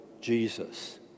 Jesus